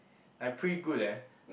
I pretty good eh